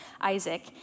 Isaac